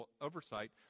oversight